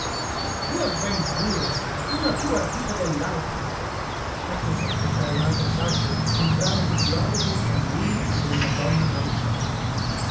e che avventure una più ardita dellaltra ecco qua per dare un altro saggio un brano di dialogo tra lui e una donna maritata